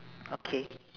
okay